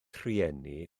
rhieni